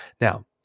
Now